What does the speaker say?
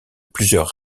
plusieurs